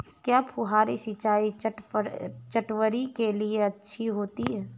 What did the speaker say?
क्या फुहारी सिंचाई चटवटरी के लिए अच्छी होती है?